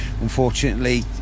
unfortunately